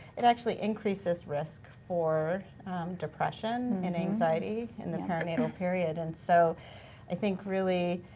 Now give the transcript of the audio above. it actually increases risk for depression and anxiety in the perinatal period and so i think really,